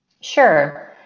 Sure